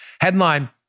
Headline